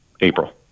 April